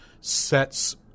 sets